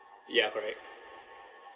ya correct